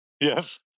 Yes